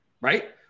right